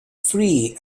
free